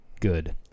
Good